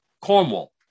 Cornwall